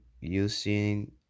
using